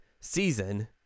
season